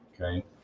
okay